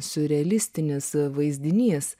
siurrealistinis vaizdinys